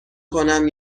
کنم